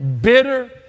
bitter